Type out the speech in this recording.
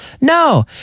no